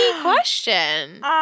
question